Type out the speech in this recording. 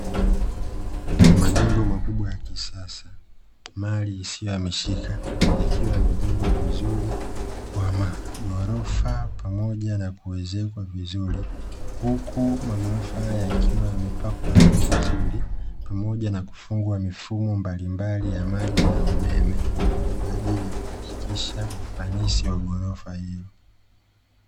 Majengo makubwa ya kisasa mali isiyohamishika yakiwa yamejengwa vizuri kwa magorofa pamoja na kuezekwa vizuri, huku magorafa haya yakiwa yamepakwa rangi nzuri pamoja na kufungwa mifumo mbalimbali ya maji na umeme kwa ajili ya kuhakikisha ufanisi wa gorofa hilo.